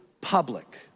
public